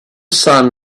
sun